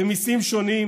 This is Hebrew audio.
ומיסים שונים,